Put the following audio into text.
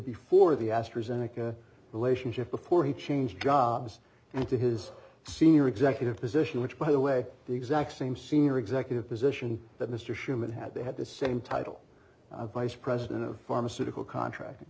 zeneca relationship before he changed jobs and to his senior executive position which by the way the exact same senior executive position that mr shuman had they had the same title vice president of pharmaceutical contracting